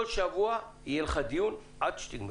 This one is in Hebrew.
כל שבוע יהיה לך דיון עד שתסיימו.